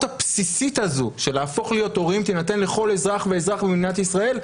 הבסיסית הזו של להפוך להיות הורים תינתן לכל אזרח ואזרח במדינת ישראל,